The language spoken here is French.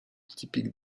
typiques